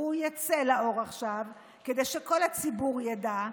והוא יצא לאור עכשיו כדי שכל הציבור ידע,